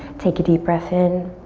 take a deep breath in.